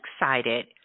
excited